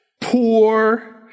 poor